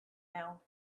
now